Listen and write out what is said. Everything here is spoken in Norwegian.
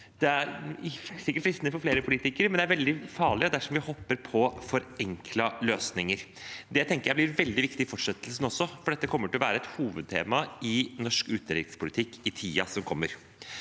Det er sikkert fristende for flere politikere, men det er veldig farlig dersom vi hopper på forenklede løsninger. Det tenker jeg blir veldig viktig i fortsettelsen også, for dette kommer til å være et hovedtema i norsk utenrikspolitikk i tiden som kommer.